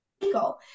legal